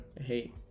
hey